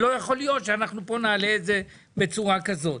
יכול להיות שנעלה את זה בצורה כזאת,